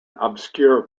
obscure